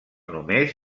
només